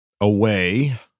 away